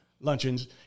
Luncheons